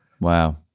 Wow